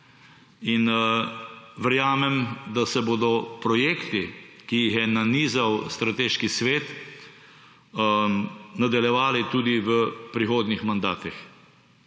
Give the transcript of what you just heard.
in verjamem, da se bodo projekti, ki jih je nanizal Strateški svet, nadaljevali tudi v prihodnjih mandatih.